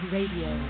Radio